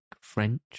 French